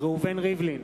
ראובן ריבלין,